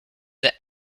the